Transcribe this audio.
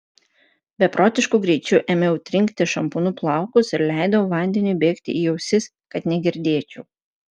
beprotišku greičiu ėmiau trinkti šampūnu plaukus ir leidau vandeniui bėgti į ausis kad negirdėčiau